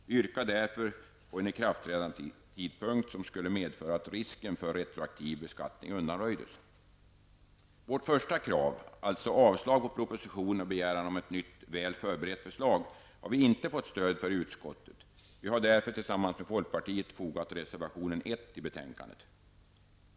Vi yrkade därför på en ikraftträdandetidpunkt som skulle medföra att risken för retroaktiv beskattning undanröjdes. Vårt första krav, alltså avslag på propositionen och begäran om ett nytt, väl förberett förslag, har vi inte fått stöd för i utskottet. Vi har därför tillsammans med folkpartiet fogat reservation 1 till betänkandet.